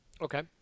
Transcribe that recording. Okay